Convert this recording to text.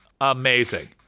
Amazing